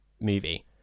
Movie